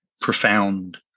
profound